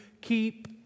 keep